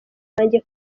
banjye